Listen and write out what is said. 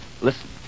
Listen